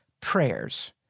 prayers